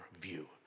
view